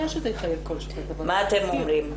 מה אתם אומרים?